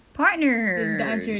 partner